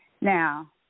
Now